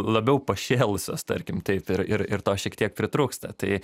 labiau pašėlusios tarkim taip ir ir ir to šiek tiek pritrūksta tai